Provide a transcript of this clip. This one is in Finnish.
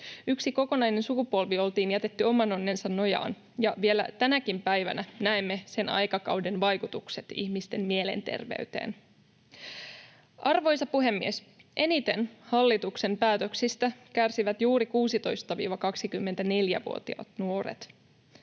Yksi kokonainen sukupolvi oltiin jätetty oman onnensa nojaan, ja vielä tänäkin päivänä näemme sen aikakauden vaikutukset ihmisten mielenterveyteen. Arvoisa puhemies! Eniten hallituksen päätöksistä kärsivät juuri 16—24-vuotiaat nuoret.